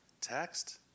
text